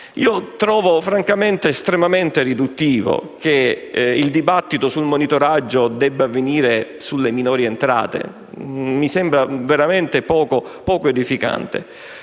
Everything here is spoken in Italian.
trovo estremamente riduttivo che il dibattito sul monitoraggio debba avvenire sulle minori entrate. Mi sembra veramente poco edificante.